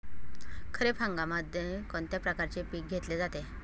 खरीप हंगामामध्ये कोणत्या प्रकारचे पीक घेतले जाते?